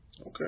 okay